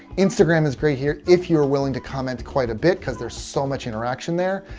instagram is great here if you're willing to comment quite a bit because there's so much interaction there.